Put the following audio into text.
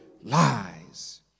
Lies